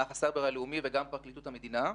מערך הסייבר הלאומי וגם פרקליטות המדינה.